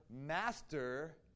master